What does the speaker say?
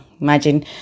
imagine